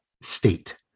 state